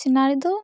ᱥᱤᱱᱟᱨᱤ ᱫᱚ